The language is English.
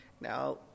Now